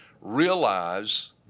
realize